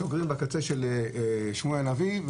סוגרים בקצה של שמואל הנביא,